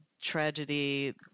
tragedy